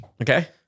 Okay